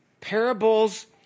parables